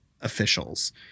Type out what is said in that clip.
officials